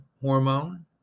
hormone